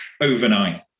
overnight